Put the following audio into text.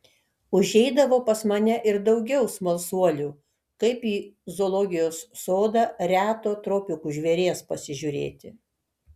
užeidavo pas mane ir daugiau smalsuolių kaip į zoologijos sodą reto tropikų žvėries pasižiūrėti